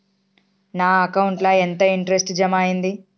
నా అకౌంట్ ల ఎంత ఇంట్రెస్ట్ జమ అయ్యింది?